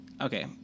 Okay